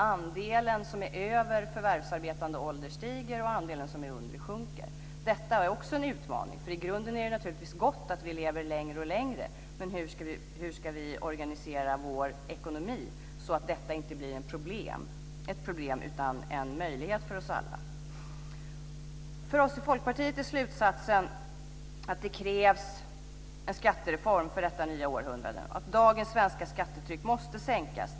Andelen som är över förvärvsarbetande ålder stiger, och andelen som är under sjunker. Detta är också en utmaning, därför att det i grunden naturligtvis är gott att vi lever längre och längre. Men hur ska vi organisera vår ekonomi så att detta inte blir ett problem utan en möjlighet för oss alla? För oss i Folkpartiet är slutsatsen att det krävs en skattereform för detta nya århundrade och att dagens svenska skattetryck måste sänkas.